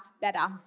better